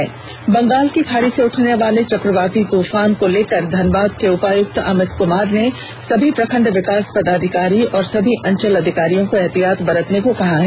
इधर बंगाल की खाड़ी से उठन वाले चक्रवाती तूफान उम्फुन को लेकर धनबाद उपायुक्त अमित कुमार ने सभी प्रखंड विकास पदाधिकारी एवं सभी अंचल अधिकारियों को एहतियात बरतने का निर्देष दिया है